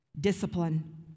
Discipline